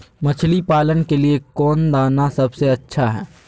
मछली पालन के लिए कौन दाना सबसे अच्छा है?